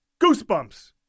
Goosebumps